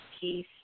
peace